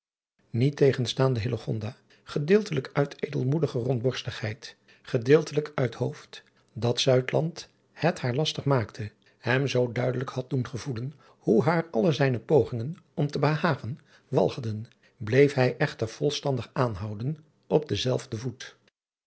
iettegenstaande gedeeltelijk uit edelmoedige rondborstigheid gedeeltelijk uit hoofed dat het haar lastig maakte hem zoo duidelijk had doen gevoelen hoe haar alle zijne pogingen om te behagen walgden bleef hij echter volstandig aanhouden op denzelfden voet